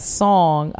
song